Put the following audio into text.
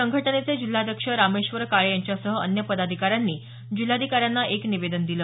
संघटनेचे जिल्हाध्यक्ष रामेश्वर काळे यांच्यासह अन्य पदाधिकाऱ्यांनी जिल्हाधिकाऱ्यांना एक निवेदन दिल